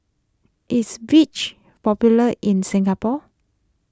is Vichy popular in Singapore